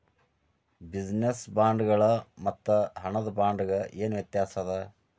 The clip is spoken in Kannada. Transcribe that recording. ಬಿಜಿನೆಸ್ ಬಾಂಡ್ಗಳ್ ಮತ್ತು ಹಣದ ಬಾಂಡ್ಗ ಏನ್ ವ್ಯತಾಸದ?